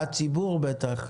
הציבור בטח,